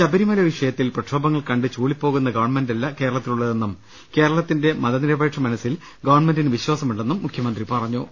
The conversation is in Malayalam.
ശബരിമല വിഷയത്തിൽ പ്രക്ഷോഭങ്ങൾ കണ്ട് ചൂളിപ്പോകുന്ന ഗവൺമെൻ്റല്ല കേരളത്തിലുള്ളതെന്നും കേരളത്തിന്റെ മതനിരപേക്ഷ മനസ്സിൽ ഗവൺമെന്റിന് വിശ്വാസമുണ്ടെന്നും അദ്ദേഹം പറഞ്ഞു